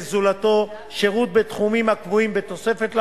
זולתו שירות בתחומים הקבועים בתוספת לחוק,